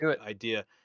idea